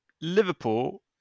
Liverpool